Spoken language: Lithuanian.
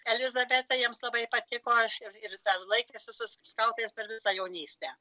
elizabeta jiems labai patiko ir ir dar laikėsi su skautais per visą jaunystę